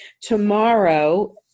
tomorrow